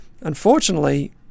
unfortunately